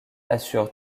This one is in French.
assure